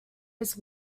his